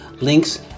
links